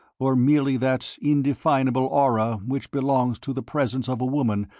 or merely that indefinable aura which belongs to the presence of a woman,